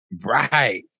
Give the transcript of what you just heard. Right